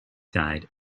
guide